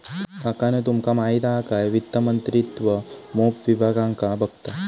काकानु तुमका माहित हा काय वित्त मंत्रित्व मोप विभागांका बघता